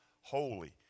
holy